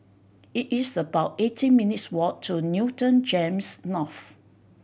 it is about eighteen minutes' walk to Newton GEMS North